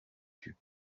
tut